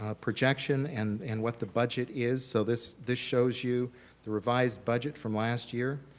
ah projection and and what the budget is so this this shows you the revised budget from last year,